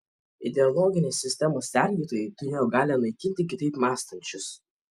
ideologinės sistemos sergėtojai turėjo galią naikinti kitaip mąstančius